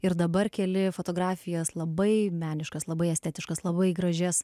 ir dabar keli fotografijas labai meniškas labai estetiškas labai gražias